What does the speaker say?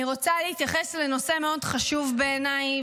אני רוצה להתייחס לנושא מאוד חשוב בעיניי,